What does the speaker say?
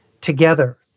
together